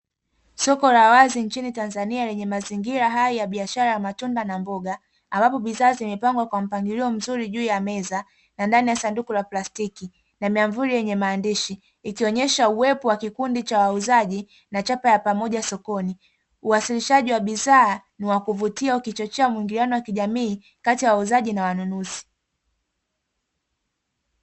Soko la wazi nchini Tanzania lenye mazingira hai ya biashara ya matunda na mboga, ambapo bidhaa zimepangwa kwa mpangilio mzuri juu ya meza na ndani ya sanduku la plastiki na miamvuli yenye maandishi, ikionyesha uwepo wa kikundi cha wauzaji na chapa ya pamoja sokoni. Uwasilishaji wa bidhaa ni wa kuvutia ukichochea mwingiliano wa kijamii kati ya wauzaji na wanunuzi.